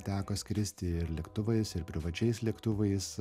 teko skristi ir lėktuvais ir privačiais lėktuvais